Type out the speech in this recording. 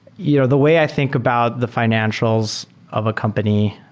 you know the way i think about the financials of a company,